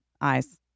eyes